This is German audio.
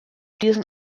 diesen